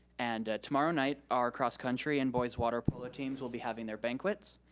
and tomorrow night our cross country and boy's water polo teams will be having their banquets.